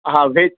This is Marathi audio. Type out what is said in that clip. हां व्हेज